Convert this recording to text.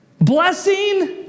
blessing